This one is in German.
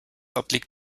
obliegt